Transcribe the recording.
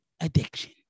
addiction